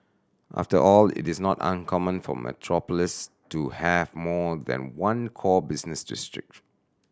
after all it is not uncommon for metropolis to have more than one core business district